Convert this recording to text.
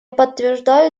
подтверждаю